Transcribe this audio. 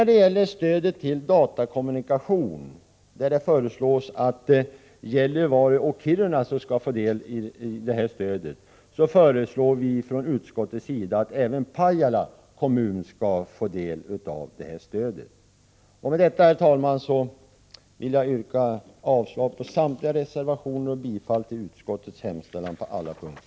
Det föreslås också att Gällivare och Kiruna skall få del av stödet till datakommunikation. Från utskottets sida föreslår vi att även Pajala kommun skall få del av detta stöd. Med detta, herr talman, vill jag yrka avslag på samtliga reservationer och bifall till utskottets hemställan på alla punkter.